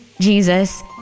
Jesus